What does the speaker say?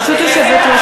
ברשות יושבת-ראש